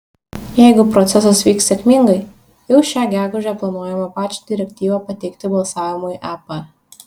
jeigu procesas vyks sėkmingai jau šią gegužę planuojama pačią direktyvą pateikti balsavimui ep